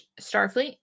Starfleet